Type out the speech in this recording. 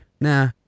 Nah